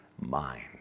mind